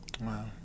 Wow